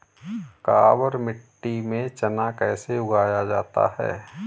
काबर मिट्टी में चना कैसे उगाया जाता है?